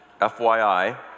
FYI